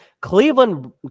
Cleveland